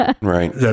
right